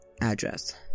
address